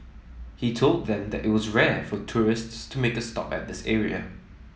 he told them that it was rare for tourists to make a stop at this area